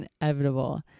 inevitable